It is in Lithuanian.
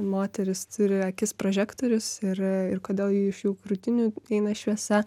moterys turi akis prožektorius ir ir kodėl iš jų krūtinių eina šviesa